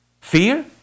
Fear